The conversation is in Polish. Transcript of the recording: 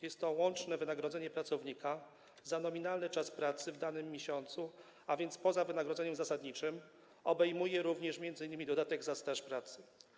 Jest to łączne wynagrodzenie pracownika za nominalny czas pracy w danym miesiącu, a więc poza wynagrodzeniem zasadniczym obejmuje również m.in. dodatek za staż pracy.